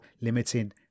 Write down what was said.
limiting